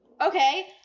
Okay